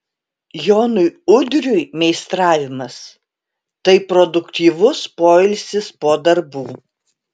jonui udriui meistravimas tai produktyvus poilsis po darbų